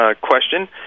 question